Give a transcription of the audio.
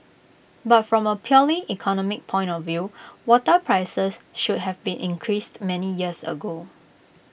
but from A purely economic point of view water prices should have been increased many years ago